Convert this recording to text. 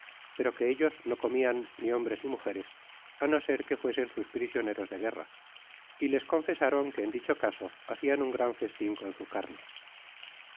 pero que ellos no comian ni hombres ni mujeres á no ser que fuesen sus prisioneros de guerra y les confesaron que en dicho caso hacian un gran festin con su carne